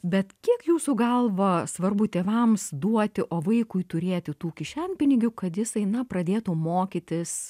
bet kiek jūsų galva svarbu tėvams duoti o vaikui turėti tų kišenpinigių kad jisai na pradėtų mokytis